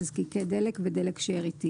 תזקיקי דלק ודלק שאריתי,